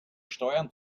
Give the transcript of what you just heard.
steuern